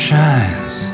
Shines